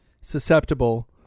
susceptible